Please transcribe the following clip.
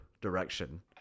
direction